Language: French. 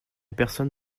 personne